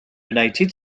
united